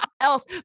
else